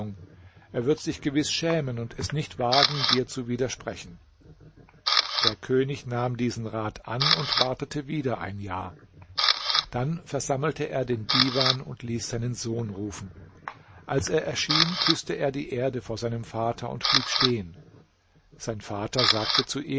er wird sich gewiß schämen und es nicht wagen dir zu widersprechen der könig nahm diesen rat an und wartete wieder ein jahr dann versammelte er den divan und ließ seinen sohn rufen als er erschien küßte er die erde vor seinem vater und blieb stehen sein vater sagte zu ihm